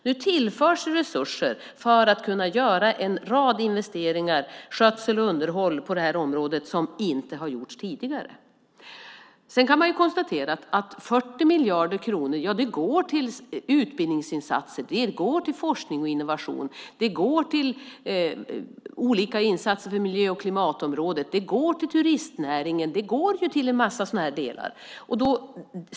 Nu tillförs resurser för att kunna göra en rad investeringar i skötsel och underhåll på det här området som inte har gjorts tidigare. Sedan kan man konstatera att de 40 miljarder kronorna också går till utbildningsinsatser, till forskning och innovation, till olika insatser på miljö och klimatområdet och till turistnäringen. De går till en massa sådana delar.